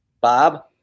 Bob